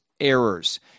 errors